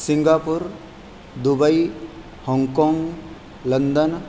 Singapore Dubai Hong Kong London